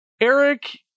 Eric